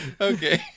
Okay